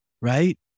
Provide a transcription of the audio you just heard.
right